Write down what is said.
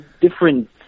different